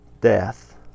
death